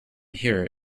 here